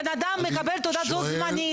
אדם מקבל תעודת זהות זמנית,